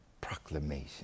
Proclamation